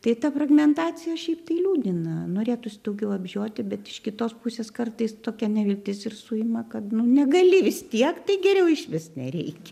tai ta fragmentacija šiaip tai liūdina norėtųsi daugiau apžioti bet iš kitos pusės kartais tokia neviltis ir suima kad nu negali vis tiek tai geriau išvis nereikia